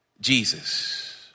Jesus